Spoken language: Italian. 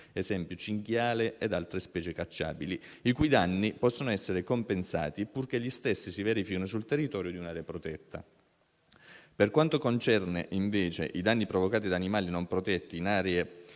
esempio il cinghiale e altre specie cacciabili), i cui danni possono essere compensati, purché si verifichino sul territorio di un'area protetta. Per quanto concerne invece i danni provocati da animali non protetti in aree